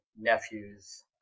nephews